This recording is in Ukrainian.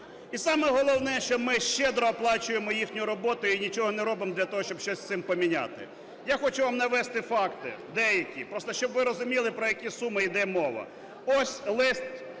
і, саме головне, що ми щедро оплачуємо їхню роботу і нічого не робимо для того, щоб щось з цим поміняти. Я хочу вам навести факти деякі, просто щоб ви розуміли про які суми іде мова.